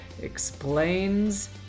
explains